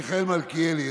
מיכאל מלכיאלי,